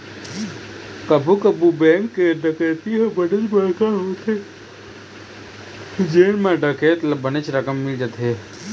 कभू कभू बेंक के डकैती ह बनेच बड़का होथे जेन म डकैत ल बनेच रकम मिल जाथे